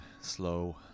slow